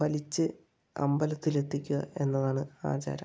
വലിച്ച് അമ്പലത്തിൽ എത്തിക്കുക എന്നതാണ് ആചാരം